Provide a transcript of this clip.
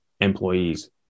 employees